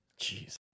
Jeez